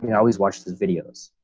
yeah always watch this videos